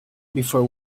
before